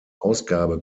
ausgabe